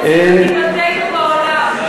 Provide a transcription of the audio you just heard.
אתם מוציאים את דיבתנו בעולם.